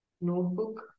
notebook